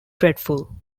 dreadful